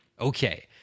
Okay